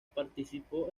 participó